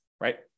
right